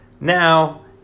Now